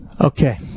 Okay